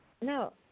No